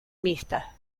mixta